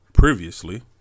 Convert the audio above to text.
Previously